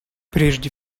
прежде